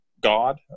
God